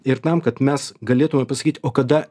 ir tam kad mes galėtume pasakyt o kada